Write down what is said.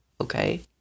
okay